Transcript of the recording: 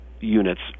units